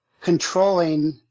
controlling